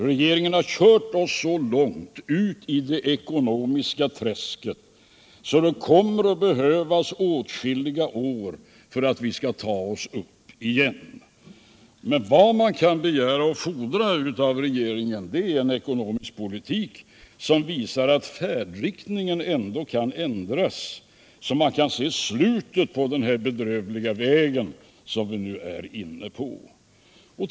Regeringen har kört oss så långt ut i det ekonomiska träsket att det kommer att behövas åtskilliga år för att vi skall kunna ta oss upp igen. Men vad man kan fordra av regeringen är en ekonomisk politik som visar att färdriktningen ändras, så att man kan se slutet på den bedrövliga väg som vi nu är inne på.